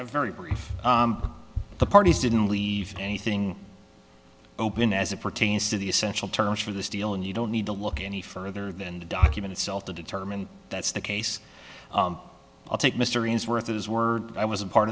a very brief the parties didn't leave anything open as it pertains to the essential terms for this deal and you don't need to look any further than the document itself to determine that's the case i'll take mr ian's worth of his word i was a part